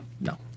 No